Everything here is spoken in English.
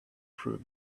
through